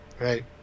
right